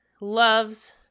loves